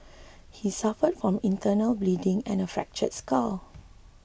he suffered from internal bleeding and a fractured skull